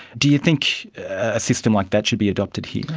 do you think a system like that should be adopted here?